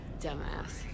Dumbass